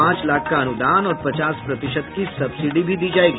पांच लाख का अनुदान और पचास प्रतिशत की सब्सिडी भी दी जायेगी